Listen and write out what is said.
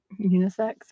unisex